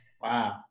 Wow